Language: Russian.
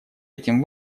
этим